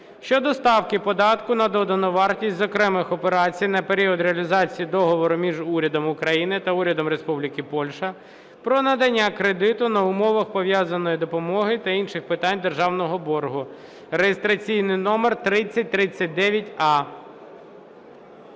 щодо ставки податку на додану вартість з окремих операцій на період реалізації Договору між Урядом України та Урядом Республіки Польща про надання кредиту на умовах пов'язаної допомоги та інших питань державного боргу (реєстраційний номер 3039а).